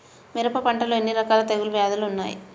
మిరప పంటలో ఎన్ని రకాల తెగులు వ్యాధులు వుంటాయి?